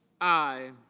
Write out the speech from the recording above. i.